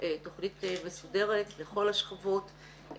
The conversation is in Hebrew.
תוכנית מסודרת לכל השכבות,